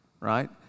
right